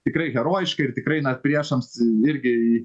tikrai herojiškai ir tikrai na priešams irgi